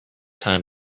time